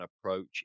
approach